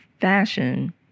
fashion